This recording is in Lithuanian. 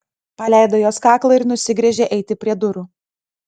paleido jos kaklą ir nusigręžė eiti prie durų